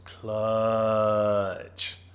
clutch